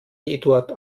eduard